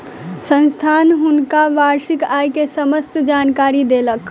संस्थान हुनका वार्षिक आय के समस्त जानकारी देलक